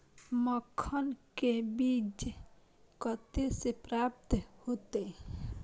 मखान के बीज कते से प्राप्त हैते?